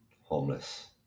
homeless